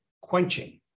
quenching